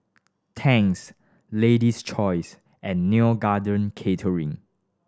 Tangs Lady's Choice and Neo Garden Catering